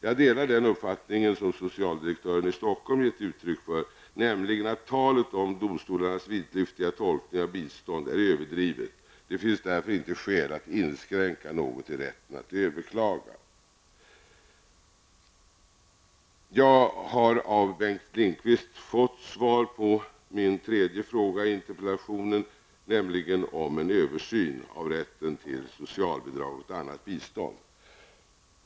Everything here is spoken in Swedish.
Jag delar den uppfattningen som socialdirektören i Stockholm gett uttryck för, nämligen att talet om domstolarnas vidlyftiga tolkning av begreppet bistånd är överdrivet. Det finns därför inte skäl att inskränka något i rätten att överklaga. Jag har av Bengt Lindqvist fått svar på min tredje fråga i interpellationen, nämligen om en översyn av rätten till socialbidrag och annat bistånd.